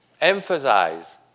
emphasize